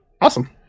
Awesome